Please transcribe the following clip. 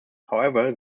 however